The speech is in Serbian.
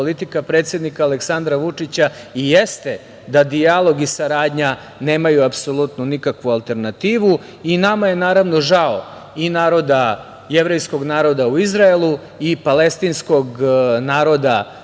politika predsednika Aleksandra Vučića, i jeste da dijalog i saradnja nemaju apsolutno nikakvu alternativu. Nama je, naravno, žao i jevrejskog naroda u Izraelu i palestinskog naroda